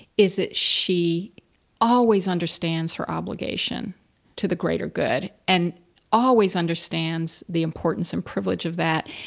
is that she always understands her obligation to the greater good and always understands the importance and privilege of that.